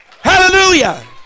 hallelujah